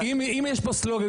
אם יש פה סלוגן,